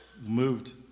moved